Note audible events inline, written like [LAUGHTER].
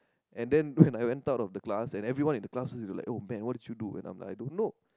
and then [BREATH] when I went out of the class and everyone in class was like oh man what did you do and I'm like I don't know